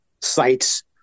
sites